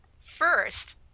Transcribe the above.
First